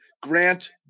grant